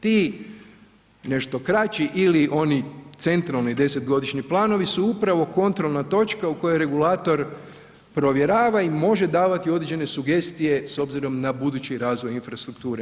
Ti nešto kraći ili oni centralni 10-godišnji planovi su upravo kontrolna točka u kojoj regulator provjerava i može davati određene sugestije s obzirom na budući razvoj infrastrukture.